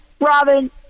Robin